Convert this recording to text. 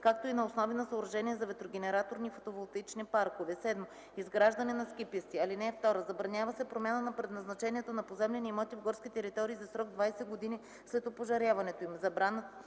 както и на основи на съоръжения от ветрогенераторни и фотоволтаични паркове; 7. изграждане на ски писти. (2) Забранява се промяна на предназначението на поземлени имоти в горски територии за срок 20 години след опожаряването им.